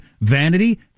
vanity